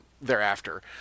thereafter